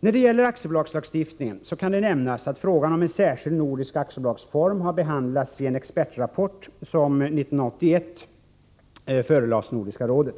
När det gäller aktiebolagslagstiftningen kan det nämnas att frågan om en särskild nordisk aktiebolagsform har behandlats i en expertrapport som 1981 förelades Nordiska rådet.